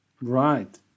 Right